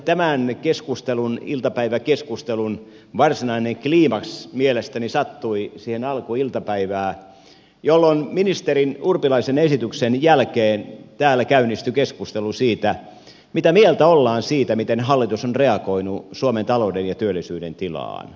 tämän keskustelun iltapäiväkeskustelun varsinainen kliimaksi mielestäni sattui siihen alkuiltapäivään jolloin ministeri urpilaisen esityksen jälkeen täällä käynnistyi keskustelu siitä mitä mieltä ollaan siitä miten hallitus on reagoinut suomen talouden ja työllisyyden tilaan